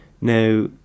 Now